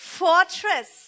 fortress